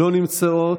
לא נמצאות.